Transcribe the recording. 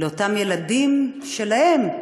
לאותם ילדים שלהם,